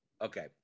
Okay